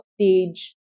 stage